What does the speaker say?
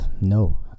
no